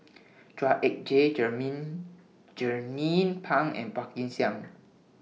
Chua Ek Kay Jernnine Pang and Phua Kin Siang